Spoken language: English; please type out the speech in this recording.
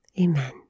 Amen